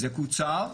זה קוצר,